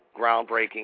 groundbreaking